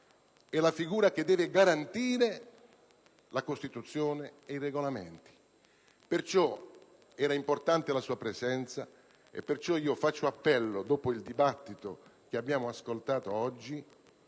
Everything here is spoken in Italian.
è la figura che deve garantire la Costituzione e i Regolamenti. Perciò era importante la sua presenza e perciò faccio appello, dopo il dibattito che abbiamo svolto oggi,